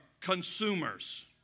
consumers